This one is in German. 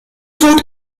tod